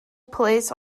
police